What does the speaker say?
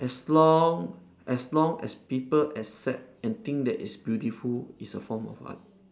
as long as long as people accept and think that it's beautiful it's a form of art